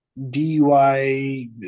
dui